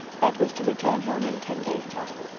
but was to return home in ten days time.